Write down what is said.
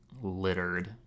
littered